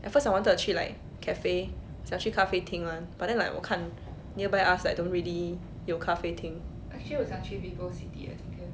at first I wanted to 去 like cafe 想去咖啡厅 [one] but then like 我看 nearby us like don't really 有咖啡厅